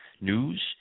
news